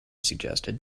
suggested